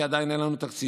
כי עדיין אין לנו תקציב.